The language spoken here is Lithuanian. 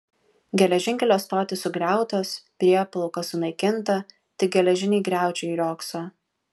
geležinkelio stotys sugriautos prieplauka sunaikinta tik geležiniai griaučiai riogso